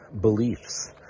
beliefs